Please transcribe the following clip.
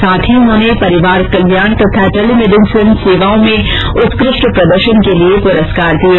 साथ ही उन्होंने परिवार कल्याण तथा टेलीमेडिसन सेवाओं में उत्कृष्ट प्रदर्षन के लिए पुरस्कार प्रदान किये